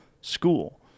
school